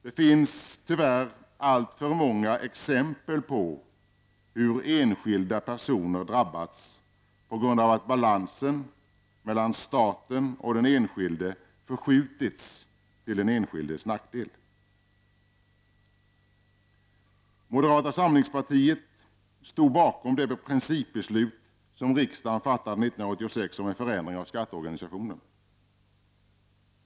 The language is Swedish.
Det finns tyvärr alltför många exempel på hur enskilda personer drabbats på grund av att balansen mellan staten och den enskilde förskjutits till den enskildes nackdel. Moderata samlingspartiet stod bakom det principbeslut som riksdagen fattade 1986 om en förändring av skatteorganisationen.